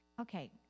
Okay